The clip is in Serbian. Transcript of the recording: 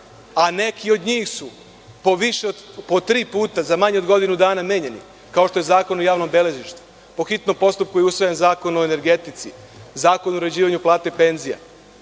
a neki od njih su po tri puta za manje od godinu dana menjani, kao što je Zakon o javnom beležništvu, po hitnom postupku je usvojen Zakon o energetici, Zakon o uređivanju plata i penzija,